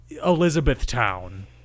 Elizabethtown